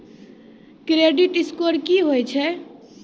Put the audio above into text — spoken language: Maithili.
क्रेडिट स्कोर की होय छै?